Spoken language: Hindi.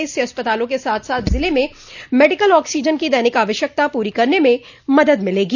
इससे अस्पतालों के साथ साथ जिले में मेडिकल ऑक्सीजन की दैनिक आवश्यकता पूरी करने में मदद मिलेगी